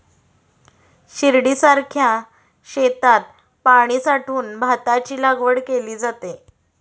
शिर्डीसारख्या शेतात पाणी साठवून भाताची लागवड केली जाते